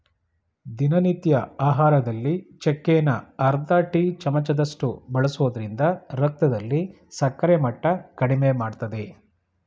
ದಿನನಿತ್ಯ ಆಹಾರದಲ್ಲಿ ಚಕ್ಕೆನ ಅರ್ಧ ಟೀ ಚಮಚದಷ್ಟು ಬಳಸೋದ್ರಿಂದ ರಕ್ತದಲ್ಲಿ ಸಕ್ಕರೆ ಮಟ್ಟ ಕಡಿಮೆಮಾಡ್ತದೆ